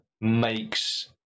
makes